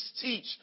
teach